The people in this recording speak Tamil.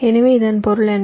எனவே இதன் பொருள் என்ன